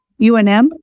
UNM